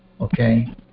Okay